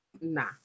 Nah